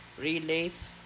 relays